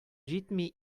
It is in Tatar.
җитми